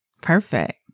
Perfect